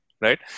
right